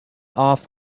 off